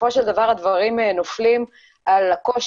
שותפה של מיזם קהילות